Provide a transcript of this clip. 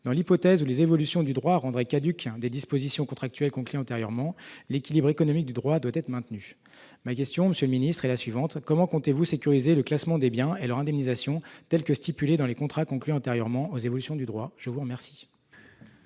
Dans l'hypothèse où les évolutions du droit rendraient caduques des dispositions contractuelles conclues antérieurement, l'équilibre économique du contrat doit être maintenu. Ma question, monsieur le secrétaire d'État, est donc la suivante : comment comptez-vous sécuriser le classement des biens et leur indemnisation tel que stipulé dans les contrats conclus antérieurement aux évolutions du droit ? La parole